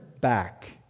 back